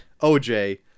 OJ